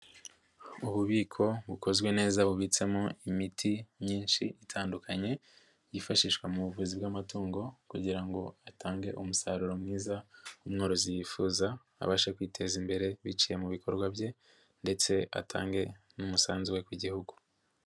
Ububiko bukozwe neza bubitsemo imiti myinshi itandukanye yifashishwa mu buvuzi bw'amatungo kugira ngo atange umusaruro mwiza umworozi yifuza abashe kwiteza imbere biciye mu bikorwa bye ndetse atange n'umusanzu we ku Gihugu.